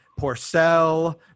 porcel